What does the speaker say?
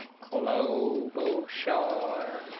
cologne below show are